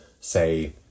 say